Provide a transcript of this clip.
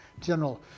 general